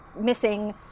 missing